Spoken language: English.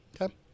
Okay